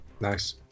Nice